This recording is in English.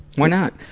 why not?